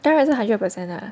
当然是 hundred percent lah